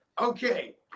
okay